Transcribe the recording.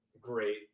great